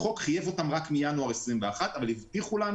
החוק חייב אותם רק מינואר 2021 אבל הבטיחו לנו